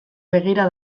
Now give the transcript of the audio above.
begira